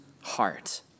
heart